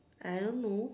I don't know